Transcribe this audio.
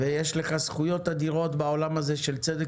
ויש לך זכויות אדירות בעולם הזה של צדק